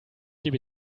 gebe